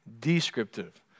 descriptive